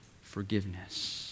forgiveness